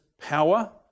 power